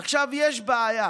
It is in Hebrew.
עכשיו יש בעיה,